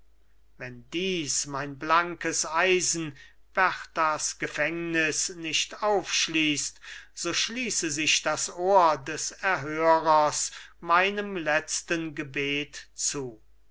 wenn dies mein blankes eisen bertas gefängnis nicht aufschließt so schließe sich das ohr des erhörers meinem letzten gebet zu